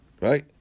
Right